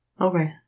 Okay